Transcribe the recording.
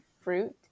fruit